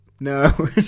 no